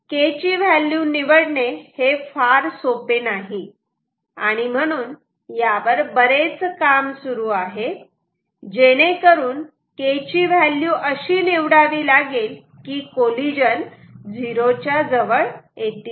K ची value निवडणे हे फार सोपे नाही आणि म्हणून यावर बरेच काम सुरू आहे जेणेकरून K ची व्हॅल्यू अशी निवडावी लागेल की कॉलिजन 0 च्या जवळ येतील